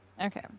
Okay